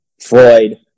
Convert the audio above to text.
Freud